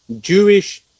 jewish